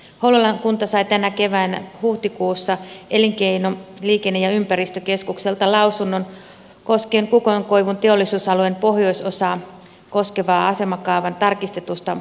hollolan kunta sai tänä keväänä huhtikuussa elinkeino liikenne ja ympäristökeskukselta lausunnon kukonkoivun teollisuusalueen pohjoisosaa koskevan asemakaavan tarkistetusta muutosehdotuksesta